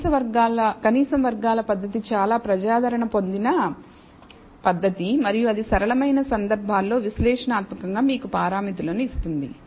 కనీసం వర్గాల పద్ధతి చాలా ప్రజాదరణ పొందిన పద్ధతి మరియు అది సరళమైన సందర్భాల్లో విశ్లేషణాత్మకంగా మీకు పారామితులను ఇస్తుంది